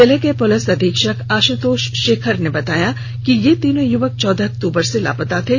जिले के पूलिस अधीक्षक आशुतोष शेखर ने बताया कि ये तीनों यूवक चौदह अक्टूबर से लापता थे